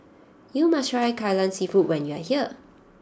you must try Kai Lan Seafood when you are here